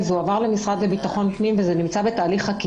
וזה עבר למשרד לביטחון פנים וזה בתהליך חקיקה